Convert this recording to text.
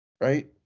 right